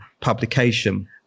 publication